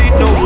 no